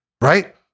right